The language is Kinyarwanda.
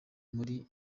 muri